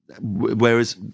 Whereas